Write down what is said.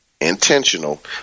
intentional